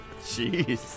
Jeez